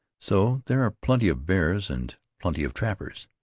so there are plenty of bears and plenty of trappers.